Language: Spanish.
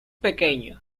pequeño